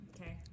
okay